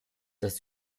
des